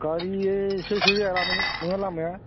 गारिया सोजायोना सोजाया नोंना लामाया